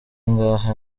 ngaha